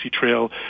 Trail